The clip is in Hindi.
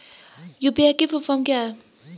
यु.पी.आई की फुल फॉर्म क्या है?